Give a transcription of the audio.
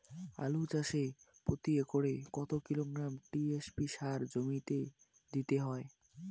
আলু চাষে প্রতি একরে কত কিলোগ্রাম টি.এস.পি সার জমিতে দিতে হয়?